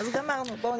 אז גמרנו, בואו נתקדם.